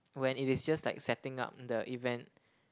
when it is just like setting up the event